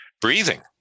breathing